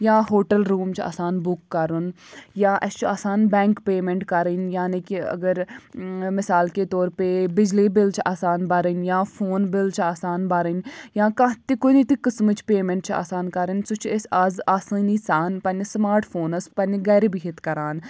یا hotel room چھِ آسان بُک کَرُن یا اَسہِ چھُ آسان بٮ۪نٛک پیمٮ۪نٛٹ کَرٕنۍ یعنی کہِ اگر مِثال کے طور پے بِجلی بِل چھِ آسان بَرٕنۍ یا فون بِل چھِ آسان بَرٕنۍ یا کانٛہہ تہِ کُنہِ تہِ قٕسمٕچ پیمٮ۪نٛٹ چھِ آسان کَرٕنۍ سُہ چھِ أسۍ اَز آسٲنی سان پنٛنِس سماٹ فونَس پنٛنہِ گَرِ بِہِتھ کَران